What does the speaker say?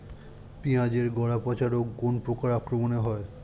পিঁয়াজ এর গড়া পচা রোগ কোন পোকার আক্রমনে হয়?